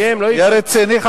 תהיה רציני,